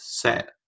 Set